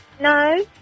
No